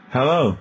Hello